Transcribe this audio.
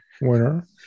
Winner